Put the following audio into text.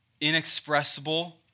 inexpressible